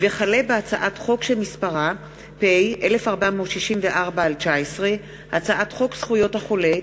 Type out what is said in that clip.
הצעת חוק כשירות מאבטח (תיקוני חקיקה),